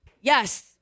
Yes